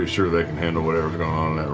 sure they can handle whatever's going on in